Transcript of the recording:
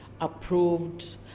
approved